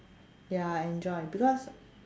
ya I enjoy because